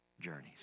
journeys